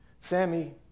Sammy